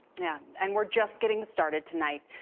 yeah and we're just getting started tonight.